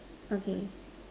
okay